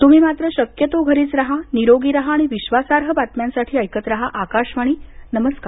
तुम्ही मात्र शक्यतो घरीच राहा निरोगी राहा आणि विश्वासार्ह बातम्यांसाठी ऐकत राहा आकाशवाणी नमस्कार